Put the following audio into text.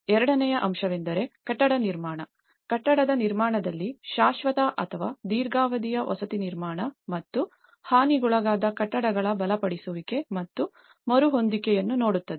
ಎರಡನೆಯ ಅಂಶವೆಂದರೆ ಕಟ್ಟಡ ನಿರ್ಮಾಣ ಕಟ್ಟಡದ ನಿರ್ಮಾಣದಲ್ಲಿ ಶಾಶ್ವತ ಅಥವಾ ದೀರ್ಘಾವಧಿಯ ವಸತಿ ಪುನರ್ನಿರ್ಮಾಣ ಮತ್ತು ಹಾನಿಗೊಳಗಾದ ಕಟ್ಟಡಗಳ ಬಲಪಡಿಸುವಿಕೆ ಮತ್ತು ಮರುಹೊಂದಿಕೆಯನ್ನು ನೋಡುತ್ತದೆ